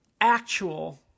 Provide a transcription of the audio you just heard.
actual